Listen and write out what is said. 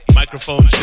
microphone